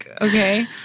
okay